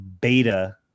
Beta